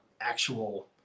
actual